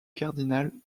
cardinal